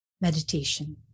meditation